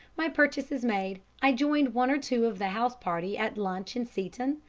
my purchases made, i joined one or two of the house-party at lunch in seeton,